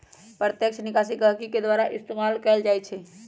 प्रत्यक्ष निकासी गहकी के द्वारा इस्तेमाल कएल जाई छई